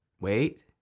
wait